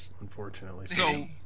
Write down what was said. unfortunately